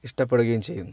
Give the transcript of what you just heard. ഇഷ്ടപ്പെടുകയും ചെയ്യുന്നു